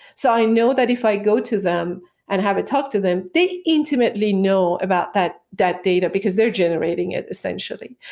so, i know that if i go to them and have a talk to them, they intimately know about that that data, because they're generating it essentially.